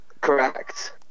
Correct